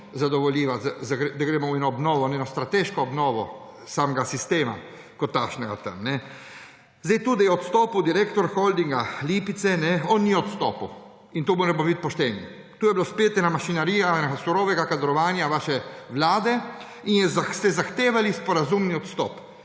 zadovoljiva, da gremo v eno obnovo, v eno strateško obnovo samega sistema, kot takšnega. To, da je odstopil direktor Holdinga Kobilarne Lipica, on ni odstopil, in to moramo bit pošteni. To je bilo spet ena mašinerija surovega kadrovanja vaše vlade in ste zahtevali sporazumni odstop.